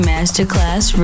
Masterclass